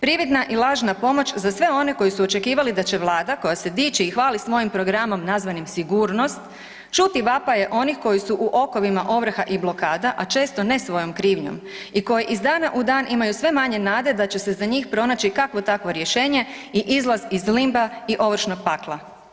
Prividna i lažna pomoć za sve one koji su očekivali da će Vlada koja se dići i hvali svojim programom nazvanim „sigurnost“, čuti vapaje onih koji su u okovima ovrha i blokada a često ne svojom krivnjom i koji iz dana u dan imaju sve manje nade da će se za njih pronaći kakvo takvo rješenje i izlaz iz limba i ovršnog pakla.